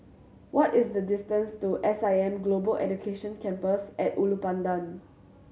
what is the distance to S I M Global Education Campus At Ulu Pandan